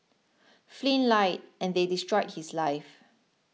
Flynn lied and they destroyed his life